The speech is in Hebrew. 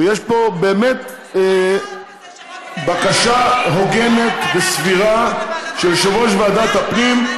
ויש פה באמת בקשה הוגנת וסבירה של יושב-ראש ועדת הפנים,